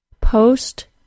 Post